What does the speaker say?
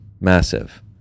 massive